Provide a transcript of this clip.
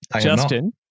Justin